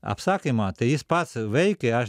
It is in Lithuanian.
apsakymą tai jis pats veikia aš